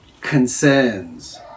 concerns